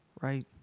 right